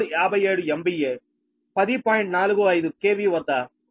45 KV వద్ద 0